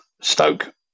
Stoke